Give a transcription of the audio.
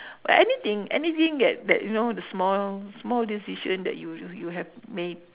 we~ anything anything that that you know the small the small decision that you you you you have made